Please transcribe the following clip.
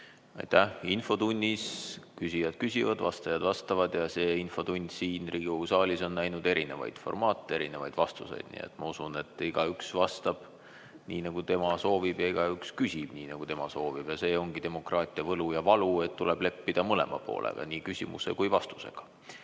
Infotunnis küsijad küsivad, vastajad vastavad. Ja infotund siin Riigikogu saalis on näinud erinevaid formaate, erinevaid vastuseid. Nii et ma usun, et igaüks vastab nii, nagu tema soovib, ja igaüks küsib, nii nagu tema soovib. See ongi demokraatia võlu ja valu, et tuleb leppida mõlema poolega, nii küsimuse kui vastusega. Mart